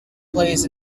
plays